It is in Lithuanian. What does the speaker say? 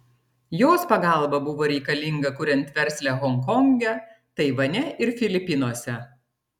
jos pagalba buvo reikalinga kuriant verslą honkonge taivane ir filipinuose